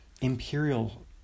Imperial